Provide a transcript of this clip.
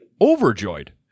overjoyed